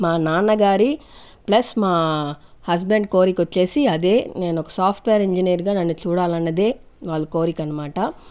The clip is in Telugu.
మా నాన్న గారి ప్లస్ మా హస్బెండ్ కోరికొచ్చేసి అదే నేనొక సాఫ్ట్వేర్ ఇంజనీర్ గా నన్ను చూడాలన్నదే వాళ్ళ కోరికనమాట